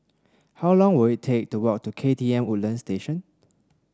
how long will it take to walk to K T M Woodland Station